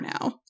now